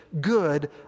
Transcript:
good